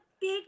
big